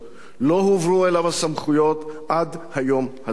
לא הועברו אליו הסמכויות עד היום הזה.